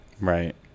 Right